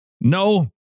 No